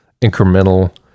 incremental